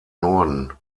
norden